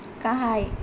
गाहाय